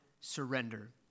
surrender